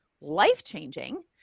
life-changing